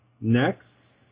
Next